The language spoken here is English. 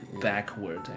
backward